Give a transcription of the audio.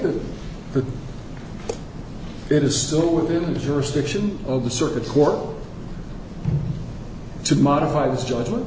her it is still within the jurisdiction of the circuit court to modify this judgment